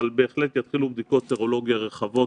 אבל בהחלט יתחילו בדיקות סרולוגיה רחבות,